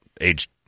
age